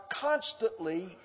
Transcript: constantly